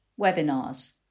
webinars